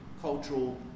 cultural